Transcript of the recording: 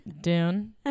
Dune